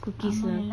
cookies lah